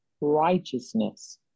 righteousness